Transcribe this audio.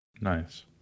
Nice